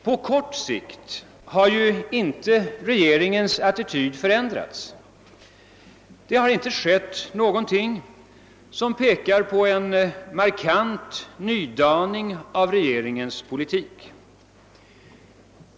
På kort sikt har inte regeringens attityd förändrats, och det har inte skett någonting som tyder på en markant nydaning av dess politik.